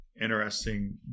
interesting